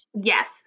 Yes